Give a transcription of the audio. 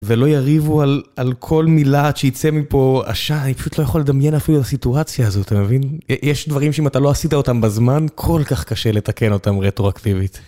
ולא יריבו על כל מילה עד שיצא מפה עשן, אני פשוט לא יכול לדמיין אפילו את הסיטואציה הזאת, אתה מבין? יש דברים שאם אתה לא עשית אותם בזמן, כל כך קשה לתקן אותם רטרואקטיבית.